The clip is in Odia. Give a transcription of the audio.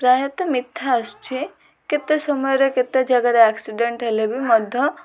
ପ୍ରାୟତଃ ମିଥ୍ୟା ଆସୁଛି କେତେ ସମୟରେ କେତେ ଜାଗାରେ ଆକ୍ସିଡ଼େଣ୍ଟ୍ ହେଲେ ବି ମଧ୍ୟ